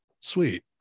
Sweet